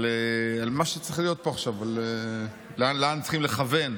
על מה שצריך להיות פה עכשיו, על לאן צריכים לכוון.